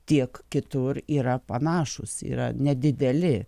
tiek kitur yra panašūs yra nedideli